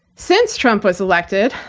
since trump was elected,